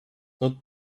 not